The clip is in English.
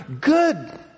Good